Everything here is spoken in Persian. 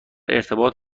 ارتباط